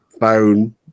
phone